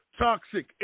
toxic